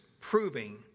proving